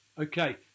Okay